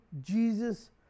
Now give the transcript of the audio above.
Jesus